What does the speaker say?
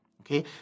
Okay